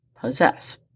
possess